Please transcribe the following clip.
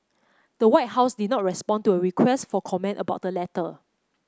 the White House did not respond to a request for comment about the letter